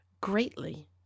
greatly